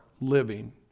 living